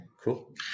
Cool